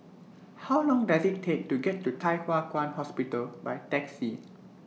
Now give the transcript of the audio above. How Long Does IT Take to get to Thye Hua Kwan Hospital By Taxi